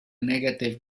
negative